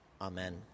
Amen